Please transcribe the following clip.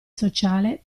sociale